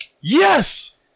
Yes